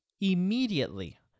immediately